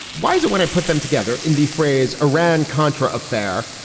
why is it when i put them together in the phrase iran contra affair,